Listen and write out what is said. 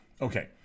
Okay